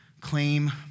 claim